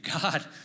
God